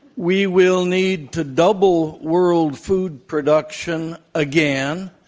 we will need to double world food production again.